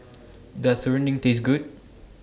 Does Serunding Taste Good